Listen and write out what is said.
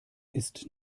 ist